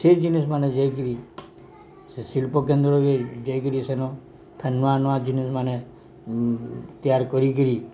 ସେ ଜିନିଷ୍ମାନେ ଯାଇକିରି ସେ ଶିଳ୍ପକନ୍ଦ୍ରରେ ଯାଇକିରି ସେନ ନୂଆ ନୂଆ ଜିନିଷ୍ମାନେ ତିଆରି କରିକିରି